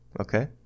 Okay